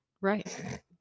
Right